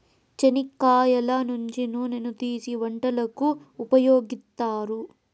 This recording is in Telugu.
చెనిక్కాయల నుంచి నూనెను తీసీ వంటలకు ఉపయోగిత్తారు